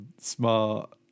smart